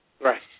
right